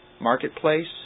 Marketplace